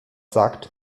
sagt